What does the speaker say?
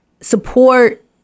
Support